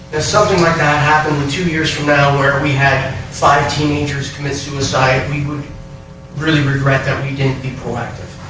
something like that happened two years from now where we had five teenagers commit suicide we would really regret that we didn't be proactive.